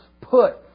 put